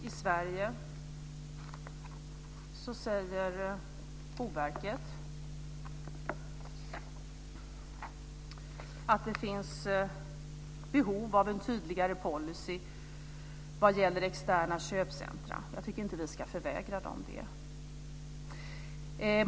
I Sverige säger Boverket att det finns behov av en tydligare policy vad gäller externa köpcentrum. Jag tycker inte att vi ska förvägra dem det.